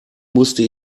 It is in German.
musste